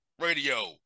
radio